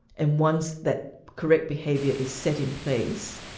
and once that correct behaviour is set in place,